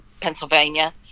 Pennsylvania